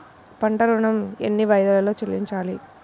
పంట ఋణం ఎన్ని వాయిదాలలో చెల్లించాలి?